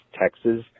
Texas